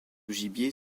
gibier